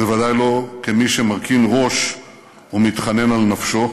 בוודאי לא כמי שמרכין ראש ומתחנן על נפשו.